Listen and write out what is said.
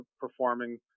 performing